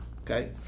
okay